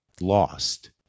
lost